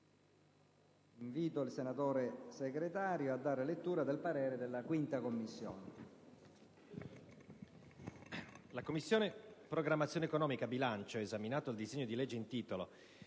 «La Commissione programmazione economica, bilancio, esaminato il disegno di legge in titolo,